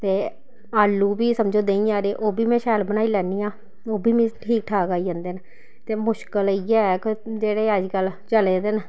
ते आलू बी समझो देहीं आह्ले ओह् बी में शैल बनाई लैन्नी आं ओह् बी मी ठीक ठाक आई जंदे न ते मुश्कल इ'यै हे कि जेह्ड़े अजकल्ल चले दे न